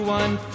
one